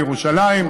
לירושלים.